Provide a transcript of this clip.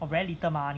oh very little money